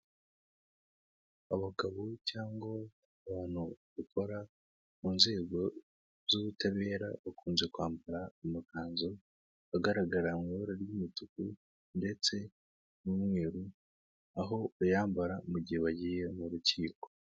Abagabo cyangwa abantu bakora mu nzego z'ubutabera, bakunze kwambara amakanzu agaragara mu ibara ry'umutuku ndetse n'umweru, aho bayambara mu gihe bagiye mu rukiko.